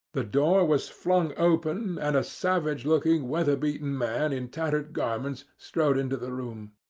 the door was flung open, and a savage-looking, weather-beaten man in tattered garments strode into the room.